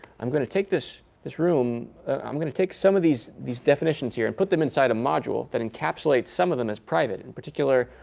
i'm going to take this this room. i'm going to take some of these these definitions here and put them inside a module that encapsulates some of them as private. in particular,